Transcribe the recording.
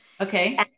okay